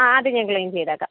ആ അത് ഞാൻ ക്ലീൻ ചെയ്തേക്കാം